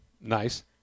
Nice